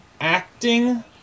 acting